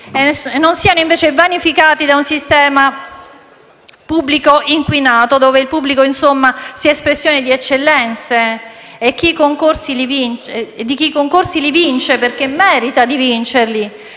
non siano invece vanificati da un sistema pubblico inquinato. Un Paese dove il pubblico, insomma, sia espressione di eccellenze e di chi concorsi li vince perché merita di vincerli.